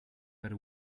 per